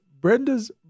Brenda's